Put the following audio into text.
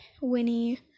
Winnie